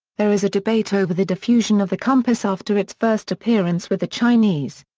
there is a debate over the diffusion of the compass after its first appearance with the chinese.